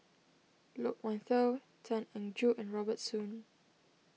Loke Wan Tho Tan Eng Joo and Robert Soon